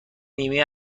نیمه